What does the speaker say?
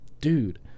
Dude